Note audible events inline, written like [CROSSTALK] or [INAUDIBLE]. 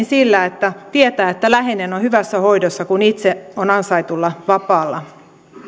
[UNINTELLIGIBLE] sillä että tietää että läheinen on hyvässä hoidossa kun itse on ansaitulla vapaalla